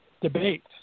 debate